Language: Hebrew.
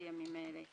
את הימים האלה,